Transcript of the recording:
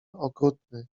okrutny